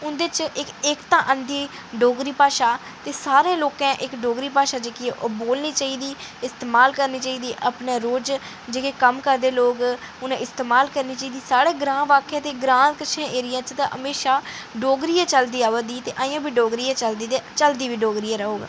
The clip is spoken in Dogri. उं'दे च इक एकता आंह्दी डोगरी भाशा सारें लोकें इक डोगरी भाशा जेह्की ऐ ओह् बोलनी चाहिदी इस्तेमाल करनी चाहिदी अपने रोज जेह्के कम्म करदे लोक उ'नें इस्तेमाल करनी चाहिदी साढ़े ग्रां बाकी दे ग्रां किश एरिये च ते म्हेशां डोगरी गै चलदी आवै दी ते अजें बी डोगरी गै चलदी ते चलदी बी डोगरी गै रौह्ग